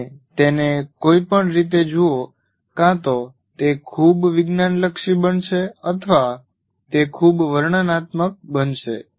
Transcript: તમે તેને કોઈપણ રીતે જુઓ કાં તો તે ખૂબ વિજ્ઞાનલક્ષી બનશે અથવા તે ખૂબ વર્ણનાત્મક બનશે